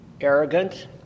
arrogant